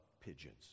pigeons